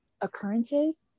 occurrences